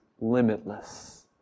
limitless